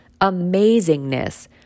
amazingness